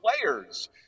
players